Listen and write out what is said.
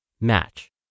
match